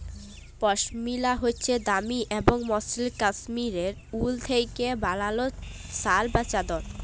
পশমিলা হছে দামি এবং মসৃল কাশ্মীরি উল থ্যাইকে বালাল শাল বা চাদর